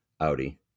Audi